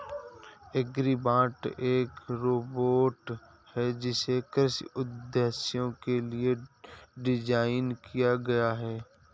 agribot एक robot है जिसे कृषि उद्देश्यों के लिए डिज़ाइन किया गया है